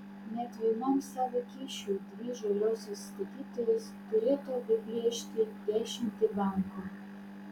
net vienam savo kyšiui dvi žaviosios statytojos turėtų apiplėšti dešimtį bankų